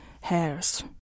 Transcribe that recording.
hairs